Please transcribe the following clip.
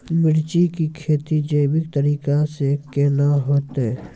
मिर्ची की खेती जैविक तरीका से के ना होते?